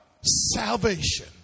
Salvation